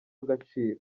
agaciro